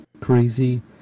crazy